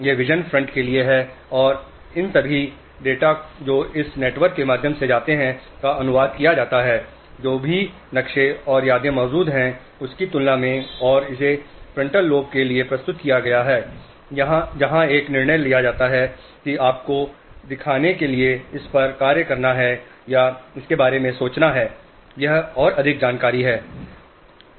यह vision front के लिए है और इन सभी डेटा जो इन नेटवर्कों के माध्यम से जाते हैं का अनुवाद किया जाता है जो भी नक्शे और यादें मौजूद हैं उनकी तुलना में और इसे फ्रंटल लोब के लिए प्रस्तुत किया जाता है जहां एक निर्णय लिया जाता है कि आपको इस पर कार्य करना है या इसके बारे में सोचना है या इसके लिए और अधिक जानकारी चाहिए